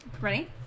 Ready